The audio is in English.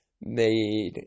made